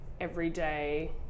everyday